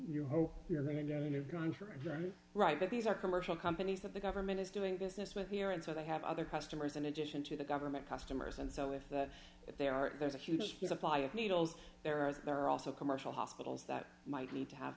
i'm right but these are commercial companies that the government is doing business with here and so they have other customers in addition to the government customers and so if that if there are there's a huge supply of needles there as there are also commercial hospitals that might need to have